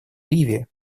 ливии